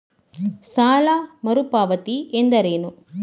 ಸಾಲ ಮರುಪಾವತಿ ಎಂದರೇನು?